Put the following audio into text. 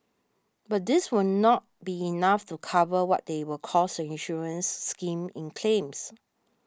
but this will not be enough to cover what they will cost the insurance scheme in claims